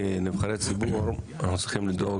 כנבחרי ציבור אנחנו צריכים לדאוג